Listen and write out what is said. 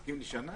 הוא הסכים לשנה?